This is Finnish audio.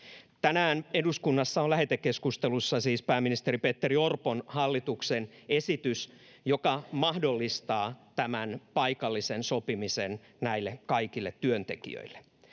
Tänään eduskunnassa on lähetekeskustelussa siis pääministeri Petteri Orpon hallituksen esitys, joka mahdollistaa tämän paikallisen sopimisen näille kaikille työntekijöille.